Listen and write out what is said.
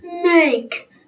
make